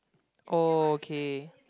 okay